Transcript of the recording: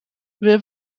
wir